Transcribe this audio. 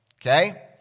Okay